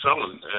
selling